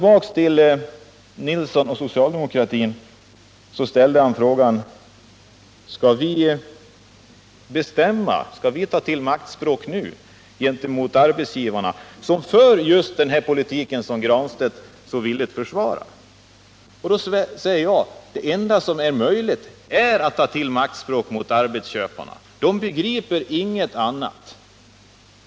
Bernt Nilsson ställde frågan: Skall vi ta till maktspråk gentemot arbetsgivarna, som för just den politik Pär Granstedt så villigt försvarar? Då säger jag: Det enda möjliga är att ta till maktspråk mot arbetsköparna. De begriper inget annat.